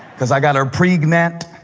because i got her pregnant.